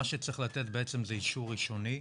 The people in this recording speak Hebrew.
מה שצריך לתת בעצם זה אישור ראשוני,